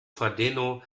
fadeno